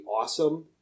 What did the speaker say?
awesome